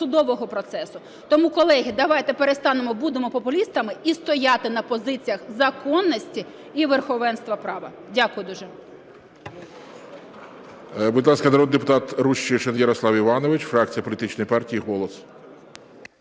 судового процесу. Тому, колеги, давайте перестанемо бути популістами і стояти на позиціях законності і верховенства права. Дякую дуже.